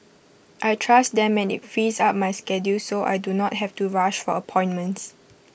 I trust them and IT frees up my schedule so I do not have to rush for appointments